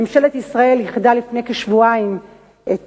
ממשלת ישראל ייחדה לפני כשבועיים את